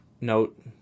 note